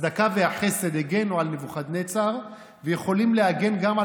הצדקה והחסד הגנו על נבוכדנצר ויכולים להגן גם על